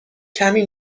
کمی